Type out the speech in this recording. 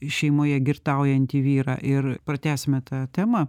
šeimoje girtaujantį vyrą ir pratęsime tą temą